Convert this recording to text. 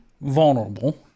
vulnerable